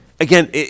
Again